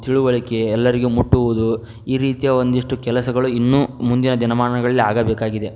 ತಿಳುವಳಿಕೆ ಎಲ್ಲರಿಗೂ ಮುಟ್ಟುವುದು ಈ ರೀತಿಯ ಒಂದಿಷ್ಟು ಕೆಲಸಗಳು ಇನ್ನು ಮುಂದಿನ ದಿನಮಾನಗಳಲ್ಲಿ ಆಗಬೇಕಾಗಿದೆ